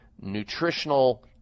nutritional